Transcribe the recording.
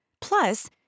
Plus